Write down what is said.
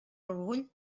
orgull